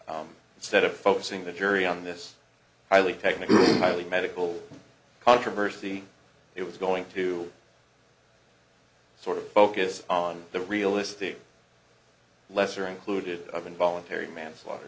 is instead of focusing the jury on this highly technical highly medical controversy it was going to sort of focus on the realistic lesser included of involuntary manslaughter